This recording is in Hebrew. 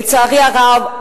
לצערי הרב,